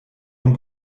den